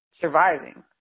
surviving